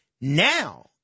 Now